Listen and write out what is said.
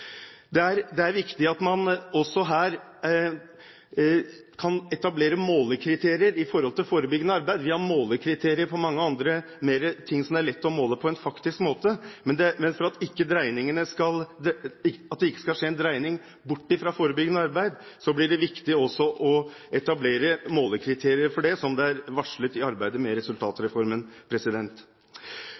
Det er viktig at man også her kan etablere målekriterier for forebyggende arbeid. Vi har målekriterier på mange ting som det er lett å faktisk måle, men for at det ikke skal skje en dreining bort fra forebyggende arbeid, blir det viktig også å etablere målekriterier for det, som det er varslet i arbeidet med resultatreformen.